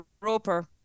Roper